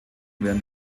während